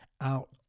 out